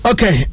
Okay